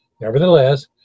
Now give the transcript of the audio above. Nevertheless